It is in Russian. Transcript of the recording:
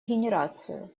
генерацию